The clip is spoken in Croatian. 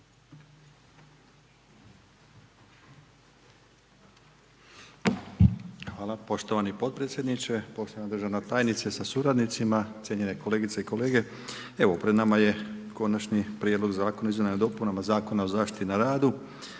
Hvala poštovani potpredsjedniče. Poštovana državna tajnice sa suradnicima, cijenjene kolegice i kolege. Evo, pred nama je Konačni prijedlog zakona o izmjenama i dopunama Zakona o zaštiti na radu.